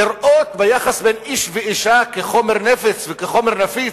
לראות ביחס בין איש לאשה חומר נפץ, חומר נפיץ?